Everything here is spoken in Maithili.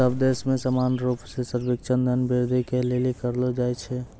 सब देश मे समान रूप से सर्वेक्षण धन वृद्धि के लिली करलो जाय छै